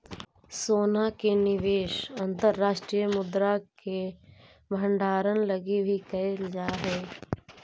सोना के निवेश अंतर्राष्ट्रीय मुद्रा के भंडारण लगी भी कैल जा हई